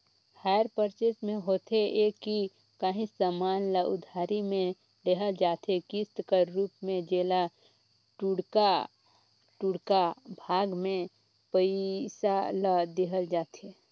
hire purchase में होथे ए कि काहींच समान ल उधारी में लेहल जाथे किस्त कर रूप में जेला टुड़का टुड़का भाग में पइसा ल देहल जाथे